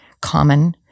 common